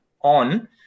on